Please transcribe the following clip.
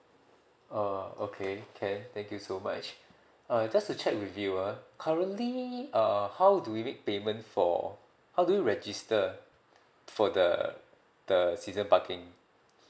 oh okay can thank you so much uh just to check with you ah currently uh how do we make payment for how do we register for the the season parking